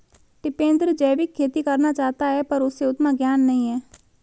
टिपेंद्र जैविक खेती करना चाहता है पर उसे उतना ज्ञान नही है